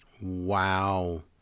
Wow